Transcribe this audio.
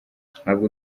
ntabwo